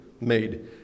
made